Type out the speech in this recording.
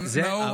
נאור,